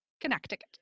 Connecticut